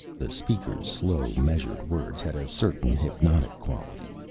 the speaker's slow, measured words had a certain hypnotic quality.